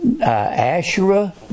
Asherah